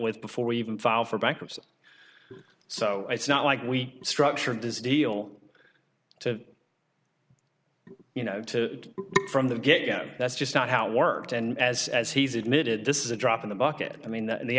with before we even filed for bankruptcy so it's not like we structured this deal to you know to from the get go that's just not how it worked and as as he's admitted this is a drop in the bucket i mean the